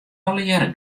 allegearre